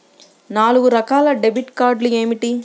నాలుగు రకాల డెబిట్ కార్డులు ఏమిటి?